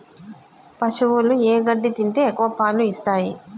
పశువులు ఏ గడ్డి తింటే ఎక్కువ పాలు ఇస్తాయి?